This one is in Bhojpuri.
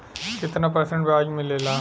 कितना परसेंट ब्याज मिलेला?